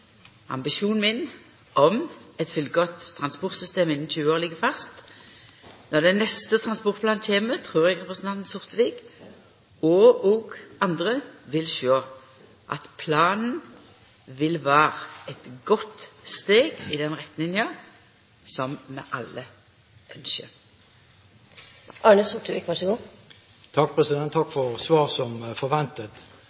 om eit fullgodt transportsystem innan 20 år ligg fast. Når den neste transportplanen kjem, trur eg representanten Sortevik – og òg andre – vil sjå at planen vil vera eit godt steg i den retninga som vi alle ynskjer. Takk for svaret, som var som forventet. Så